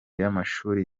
y’amashuri